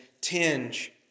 tinge